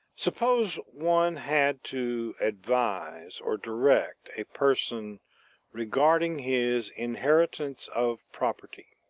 suppose one had to advise or direct a person regarding his inheritance of property.